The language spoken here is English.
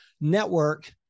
Network